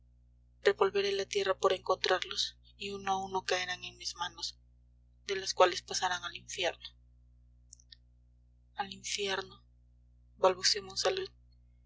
revolveré la tierra por encontrarlos y uno a uno caerán en mis manos de las cuales pasarán al infierno al infierno balbució monsalud